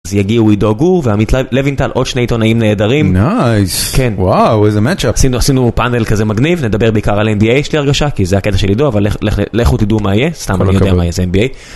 אז יגיעו עידו גור ועמית לבינטל עוד שני עיתונאים נהדרים, נייס, כן, וואו איזה match-up, עשינו פאנל כזה מגניב נדבר בעיקר על NBA יש לי הרגשה כי זה הקטע של עידו אבל לכו תדעו מה יהיה סתם אני לא יודע מה יהיה זה NBA.